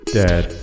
dad